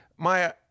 Maya